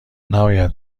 نباید